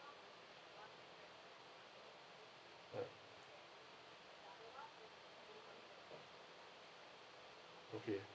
yup okay